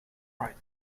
right